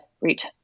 reach